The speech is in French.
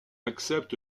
accepte